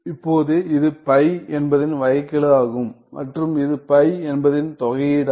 இப்போது இது பை என்பதின் வகைக்கெழு ஆகும் மற்றும் இது பை என்பதின் தொகையீடாகும்